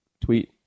tweet